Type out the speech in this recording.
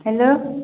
hello